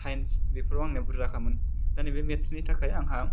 science बेफोराव आंना बुर्जाखामोन दा बे मेत्सनि थाखाय आंहा